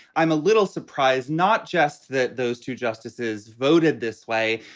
i'm a little surprised, not just that those two justices voted this way,